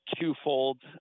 twofold